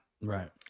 Right